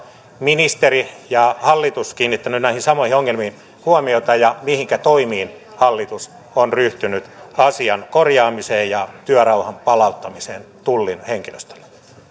ministeri ja hallitus kiinnittäneet näihin samoihin ongelmiin huomiota ja mihinkä toimiin hallitus on ryhtynyt asian korjaamiseksi ja työrauhan palauttamiseksi tullin henkilöstölle